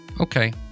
Okay